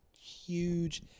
Huge